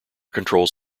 controls